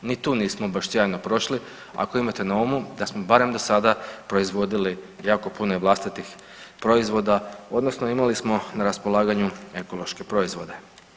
Ni tu nismo baš sjajno prošli ako imate na umu da smo barem do sada proizvodili jako puno i vlastitih proizvoda odnosno imali smo na raspolaganju ekološke proizvode.